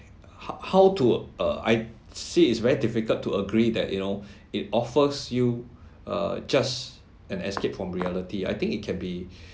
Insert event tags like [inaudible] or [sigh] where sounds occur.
[breath] how how to uh I see it's very difficult to agree that you know [breath] it offers you uh just an escape from reality I think it can be [breath]